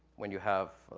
when you have,